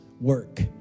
work